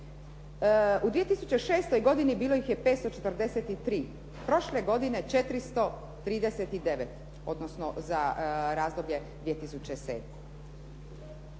U 2006. godini bilo ih je 543, prošle godine 439 odnosno za razdoblje 2007.